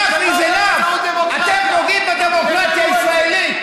enough is enough, אתם פוגעים בדמוקרטיה הישראלית.